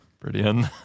Brilliant